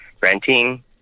renting